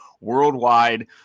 worldwide